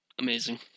Amazing